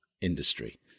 industry